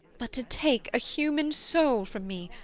but to take a human soul from me,